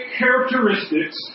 characteristics